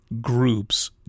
groups